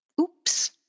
Oops